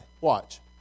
Watch